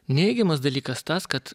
neigiamas dalykas tas kad